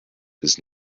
does